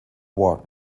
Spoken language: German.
war